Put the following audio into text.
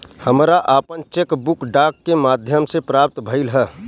हमरा आपन cheque book डाक के माध्यम से प्राप्त भइल ह